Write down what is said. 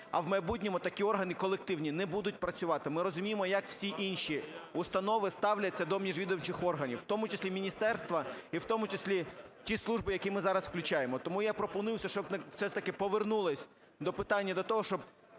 а у майбутньому такі органи колективні не будуть працювати. Ми розуміємо, як всі інші установи ставляться до міжвідомчих органів, у тому числі міністерства і у тому числі ті служби, які ми зараз включаємо. Тому я пропоную, щоб ми все ж таки повернулись до питання до того, щоб